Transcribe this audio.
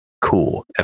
cool